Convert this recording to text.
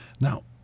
now